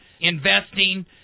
investing